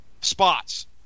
spots